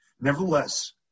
Nevertheless